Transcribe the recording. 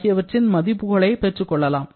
ஆகியவற்றின் மதிப்புகளை பெற்றுக்கொள்ளலாம்